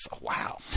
wow